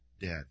dead